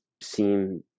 seem